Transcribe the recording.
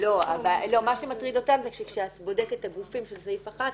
מטריד אותם שיבחנו להם את המידע,